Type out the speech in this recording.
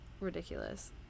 ridiculous